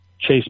chase